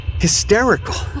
Hysterical